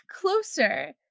closer